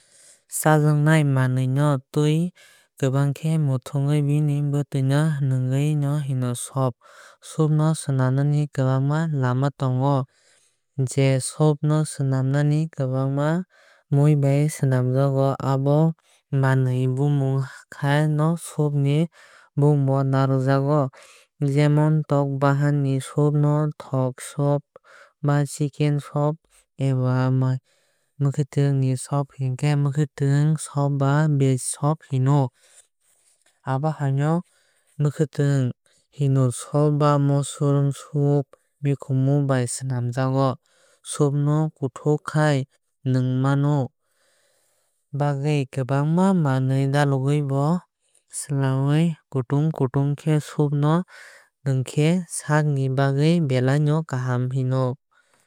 Chajaknai manwui no tui kwbang khe muthungui bini bwtui nwngmano hino soup. Soup no swnam nani kwbangma lama tongo tei je manwui bai swnamjago abo manwui ni bumung hai no soup ni bumung bo narakjagu. Jemon tok bahan ni soup no tok soup ba chicken soup eba muikwthwng ni soup hinkhe muikwthwng soup ba vege soup hino. Abo haino mikhumu ni soup ba mushroom soup khe mikhumu bai swlamjago. Soup no kothok khai nwngnao bagwui kwbangma manwui dakugwui soup swlamui mano. Kutung kutung soup no nwngkhe saak ni bagwui belai kaham.